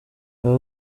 aba